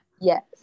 Yes